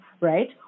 right